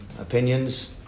opinions